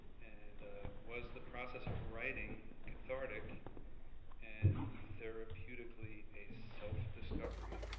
and was the process of writing cathartic and, therapeutically, a self-discovery?